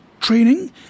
Training